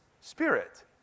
spirit